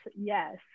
Yes